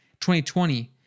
2020